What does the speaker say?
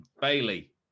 Bailey